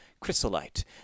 chrysolite